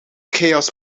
chaos